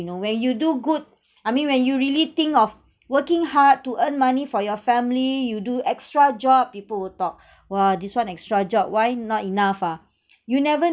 you know when you do good I mean when you really think of working hard to earn money for your family you do extra job people will talk !wah! this one extra job why not enough ah you never